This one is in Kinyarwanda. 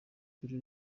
ukuri